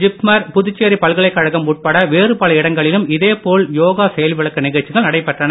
ஜிப்மர் புதுச்சேரி பல்கலைக்கழகம் உட்பட வேறுபல இடங்களிலும் இதேபோல யோகா செயல்விளக்க நிகழ்ச்சிகள் நடைபெற்றன